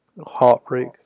heartbreak